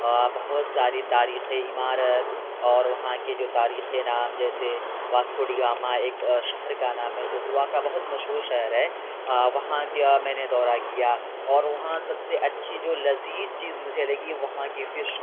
بہت ساری تاریخی عمارت اور وہاں کے جو تاریخی نام جیسے واسکو ڈگاما ایک شہر کا نام ہے جو گوا کا بہت مشہور شہر ہے وہاں کا میں نے دورہ کیا اور وہاں سب سے اچھی جو لذیذ چیز مجھے لگی وہاں کی فش